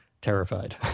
terrified